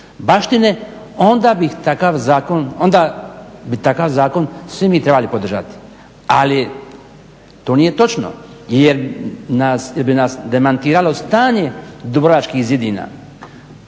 zakon, onda bi takav zakon svi mi trebali podržati. Ali to nije točno jer bi nas demantiralo stanje dubrovačkih zidina,